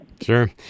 Sure